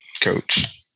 coach